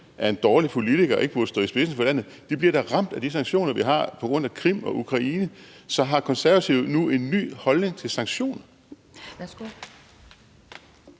er en dårlig politiker og ikke burde stå i spidsen for den, bliver da ramt af de sanktioner, vi har på grund af Krim og Ukraine. Så har Konservative nu en ny holdning til sanktioner?